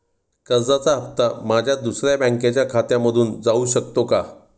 कर्जाचा हप्ता माझ्या दुसऱ्या बँकेच्या खात्यामधून जाऊ शकतो का?